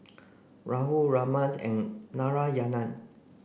Rahul Ramnath and Narayana